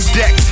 deck